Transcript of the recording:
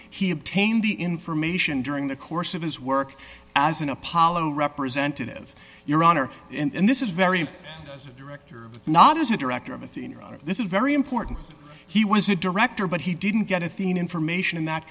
he obtained the information during the course of his work as an apollo representative your honor and this is very director not as a director of athena this is very important he was a director but he didn't get a thing information in that